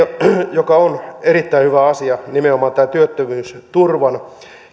mikä on erittäin hyvä asia nimenomaan tämä työttömyysturvan